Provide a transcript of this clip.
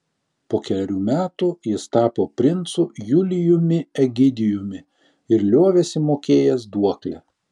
po kelerių metų jis tapo princu julijumi egidijumi ir liovėsi mokėjęs duoklę